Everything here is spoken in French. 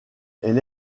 elle